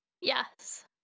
Yes